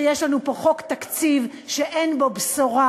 שיש לנו פה חוק תקציב שאין בו בשורה,